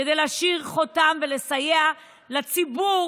כדי להשאיר חותם ולסייע לציבור